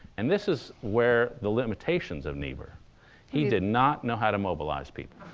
and this is where the limitations of niebuhr he did not know how to mobilize people